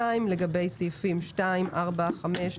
לגבי סעיפים 2, 4, 5,